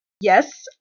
Yes